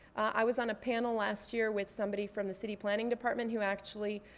i was on a panel last year with somebody from the city planning department who actually